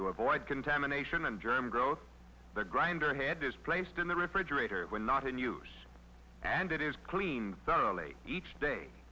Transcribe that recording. to avoid contamination and germ growth the grinder head is placed in the refrigerator when not in use and it is cleaned thoroughly each day